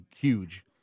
huge